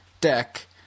deck